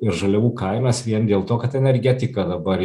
ir žaliavų kainas vien dėl to kad energetika dabar